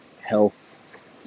health